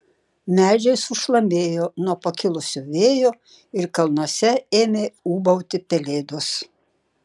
medžiai sušlamėjo nuo pakilusio vėjo ir kalnuose ėmė ūbauti pelėdos